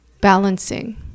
balancing